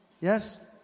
Yes